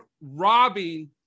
robbing